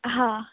हां